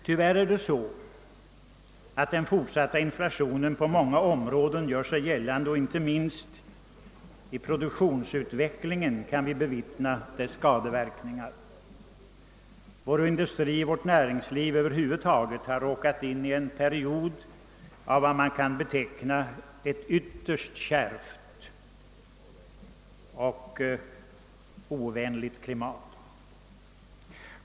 Tyvärr är det så, att den fortsatta inflationen gör sig gällande på många områden; inte minst i produktionsutvecklingen kan vi bevittna dess skadeverkningar. Vår industri och vårt näringsliv över huvud taget har råkat in i en period av vad man kan beteckna som ett ytterst kärvt och ovänligt klimat.